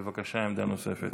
בבקשה, עמדה נוספת.